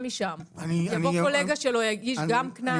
משם, יבוא קולגה שלו ויגיש גם קנס?